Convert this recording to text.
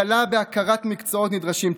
בהקלה בהכרת מקצועות נדרשים,